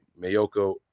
Mayoko